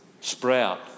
Sprout